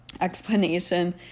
explanation